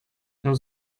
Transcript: there